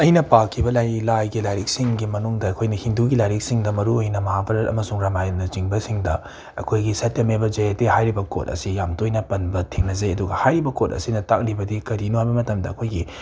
ꯑꯩꯅ ꯄꯥꯈꯤꯕ ꯂꯩ ꯂꯥꯏꯒꯤ ꯂꯥꯏꯔꯤꯛꯁꯤꯡꯒꯤ ꯃꯅꯨꯡꯗ ꯑꯩꯈꯣꯏꯅ ꯍꯤꯟꯗꯨꯒꯤ ꯂꯥꯏꯔꯤꯛꯁꯤꯡꯗ ꯃꯔꯨꯑꯣꯏꯅ ꯃꯍꯥꯕꯥꯔꯠ ꯑꯃꯁꯨꯡ ꯔꯃꯥꯌꯟꯅꯆꯤꯡꯕꯁꯤꯡꯗ ꯑꯩꯈꯣꯏꯒꯤ ꯁꯠꯇ꯭ꯌ ꯃꯦꯕ ꯖꯌꯇꯦ ꯍꯥꯏꯔꯤꯕ ꯀꯣꯠ ꯑꯁꯤ ꯌꯥꯝ ꯇꯣꯏꯅ ꯄꯟꯕ ꯊꯦꯡꯅꯖꯩ ꯑꯗꯨꯒ ꯍꯥꯏꯔꯤꯕ ꯀꯣꯠ ꯑꯁꯤꯅ ꯇꯥꯛꯂꯤꯕꯗꯤ ꯀꯔꯤꯅꯣ ꯍꯥꯏꯕ ꯃꯇꯝꯗ ꯑꯩꯈꯣꯏꯒꯤ